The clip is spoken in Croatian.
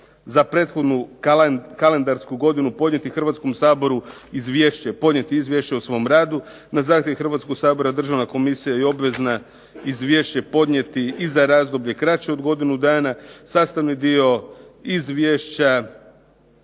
za prethodnu kalendarsku godinu podnijeti Hrvatskom saboru izvješće o svom radu. Na zahtjev Hrvatskoga sabora Državna komisija je obvezna izvješće podnijeti i za razdoblje kraće od godinu dana. Sastavni dio izvješća